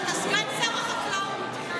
אתה סגן שר החקלאות.